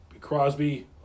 Crosby